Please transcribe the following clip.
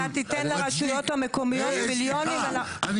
אם תיתן לרשויות המקומיות מיליונים --- אה סליחה ,אני